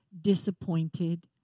disappointed